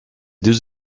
deux